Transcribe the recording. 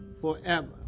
forever